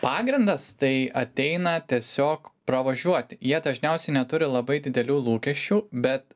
pagrindas tai ateina tiesiog pravažiuoti jie dažniausiai neturi labai didelių lūkesčių bet